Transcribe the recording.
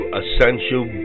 essential